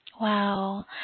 Wow